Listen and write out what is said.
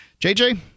JJ